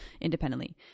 independently